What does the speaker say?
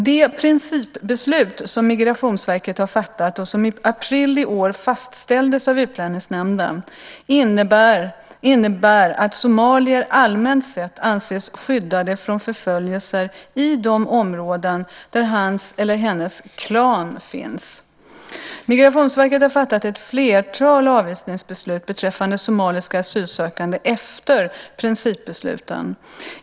De principbeslut som Migrationsverket har fattat, och som i april i år fastställdes av Utlänningsnämnden, innebär att somalier allmänt sett anses skyddade från förföljelse i de områden där hans eller hennes klan finns. Migrationsverket har fattat ett flertal avvisningsbeslut beträffande somaliska asylsökande efter principbesluten.